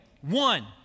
One